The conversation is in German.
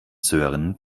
sören